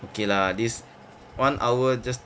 okay lah this [one] hour just